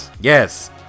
Yes